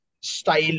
style